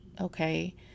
Okay